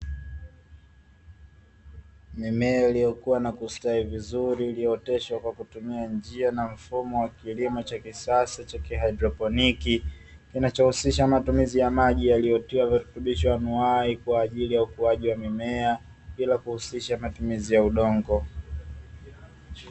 Mimea iliyo kua na kustawi vizuri, iliyooteshwa kwa kutumia njia na mfumo wa kilimo cha kisasa cha kihaidroponiki, kinacho husisha matumizi ya maji yaliyotiwa virutubisho anuai kwa ajili ya ukuaji wa mimea, bila kuhusisha matumizi ya udongo.